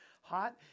hot